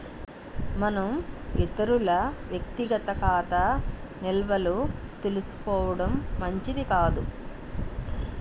మనం ఇతరుల వ్యక్తిగత ఖాతా నిల్వలు తెలుసుకోవడం మంచిది కాదు